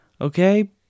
Okay